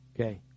Okay